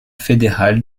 fédéral